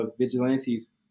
vigilantes